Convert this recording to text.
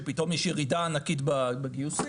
שפתאום יש ירידה ענקית בגיוסים.